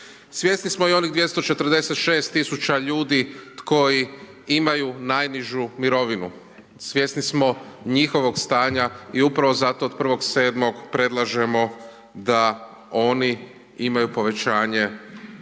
Svjesni smo i onih 246 000 ljudi koji imaju najnižu mirovinu, svjesni smo njihovog stanja i upravo zato od 1.7. predlažemo da oni imaju povećanje